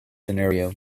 scenario